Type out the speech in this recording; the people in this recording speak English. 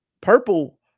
purple